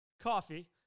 coffee